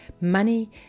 money